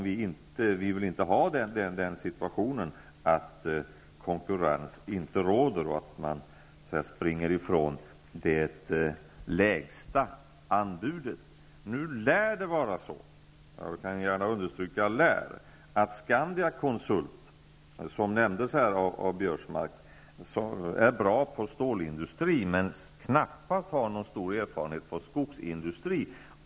Vi vill inte ha en situation där konkurrens inte råder och där man springer från det lägsta anbudet. Det lär vara så, att Scandiakonsult, som nämndes här av Karl-Göran Biörsmark, är bra när det gäller stålindustrin. Men man har knappast någon större erfarenhet av skogsindustrin.